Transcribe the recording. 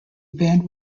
band